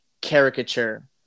caricature